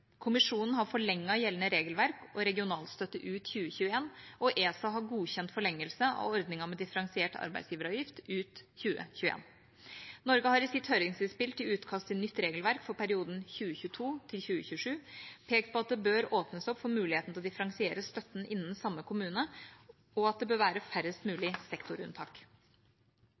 Kommisjonen har forlenget gjeldende regelverk og regionalstøtte ut 2021, og ESA har godkjent forlengelse av ordningen med differensiert arbeidsgiveravgift ut 2021. Norge har i sitt høringsinnspill til utkast til nytt regelverk for perioden 2022–2027 pekt på at det bør åpnes opp for mulighet til å differensiere støtten innen samme kommune, og at det bør være færrest mulig sektorunntak.